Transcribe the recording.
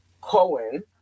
Cohen